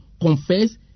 confess